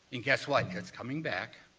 and guess what? it's coming back.